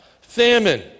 Famine